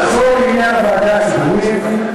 אבל נחזור לעניין הוועדה הציבורית.